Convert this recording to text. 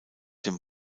dem